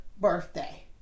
birthday